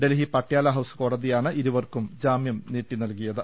Delhi Patiala House കോടതിയാണ് ഇരുവർക്കും ജാമ്യം നീട്ടി നൽകിയത്